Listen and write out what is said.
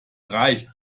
reicht